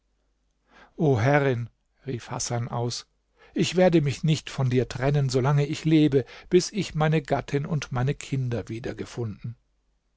herrin rief hasan aus ich werde mich nicht von dir trennen solange ich lebe bis ich meine gattin und meine kinder wiedergefunden